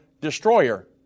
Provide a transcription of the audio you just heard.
destroyer